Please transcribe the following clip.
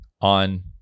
on